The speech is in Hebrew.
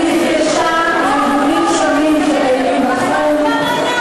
היא נפגשה עם ארגונים שונים שפעילים בתחום.